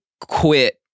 quit